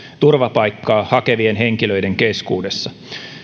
turvapaikkaa hakevien henkilöiden keskuudessa